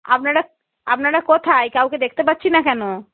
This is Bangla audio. আপনারা আপনারা কোথায় কাউকে দেখতে পাচ্ছি না কেন